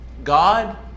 God